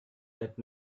that